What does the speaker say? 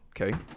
okay